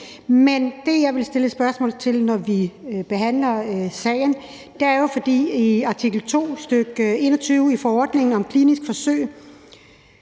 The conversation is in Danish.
Men det, jeg vil stille et spørgsmål til, når vi behandler sagen, er til artikel 2. I artikel 2, stk. 2, nr. 21), i forordningen om kliniske forsøg